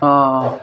অঁ অঁ